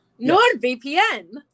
NordVPN